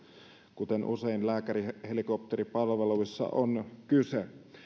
kuten usein lääkärihelikopteripalveluissa on kyse